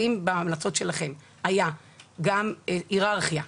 האם בהמלצות שלכם הייתה גם היררכיה?